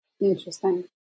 interesting